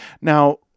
Now